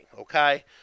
Okay